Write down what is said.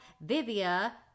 Vivia